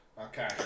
Okay